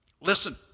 Listen